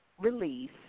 release